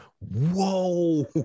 Whoa